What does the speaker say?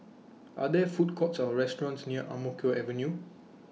Are There Food Courts Or restaurants near Ang Mo Kio Avenue